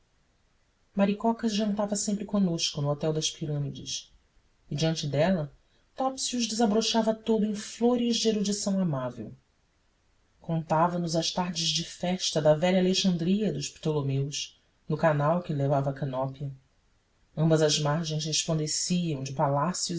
maricocas jantava sempre conosco no hotel das pirâmides e diante dela topsius desabrochava todo em flores de erudição amável contava nos as tardes de festa da velha alexandria dos ptolomeus no canal que levava a canópia ambas as margens resplandeciam de palácios